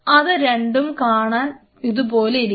അത് രണ്ടും കാണാൻ ഇതുപോലെ ഇരിക്കും